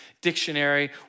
dictionary